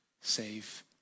save